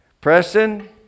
Preston